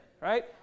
right